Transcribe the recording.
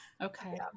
Okay